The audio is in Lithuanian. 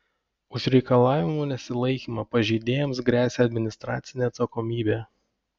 už reikalavimų nesilaikymą pažeidėjams gresia administracinė atsakomybė